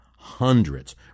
Hundreds